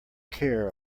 care